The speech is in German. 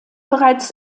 bereits